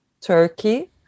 Turkey